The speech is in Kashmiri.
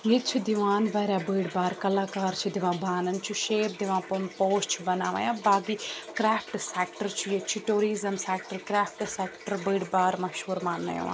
ییٚتہِ چھِ دِوان واریاہ بٔڑۍ بار کَلاکار چھِ دِوان بانَن چھُ شیپ دِوان پَوٚم پوش چھِ بَناوان یا باقٕے کرٛفٹ سٮ۪کٹَر چھُ ییٚتہِ چھُ ٹوٗرِزم سٮ۪کٹَر کرٛافٹ سٮ۪کٹَر بٔڑۍ بار مَشہوٗر ماننہٕ یِوان